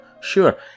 Sure